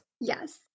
Yes